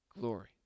glory